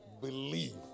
believe